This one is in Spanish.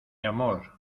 amor